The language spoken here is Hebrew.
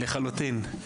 לחלוטין...